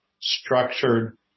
structured